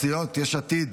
סיעות יש עתיד